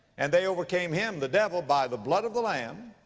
and they overcame him, the devil, by the blood of the lamb,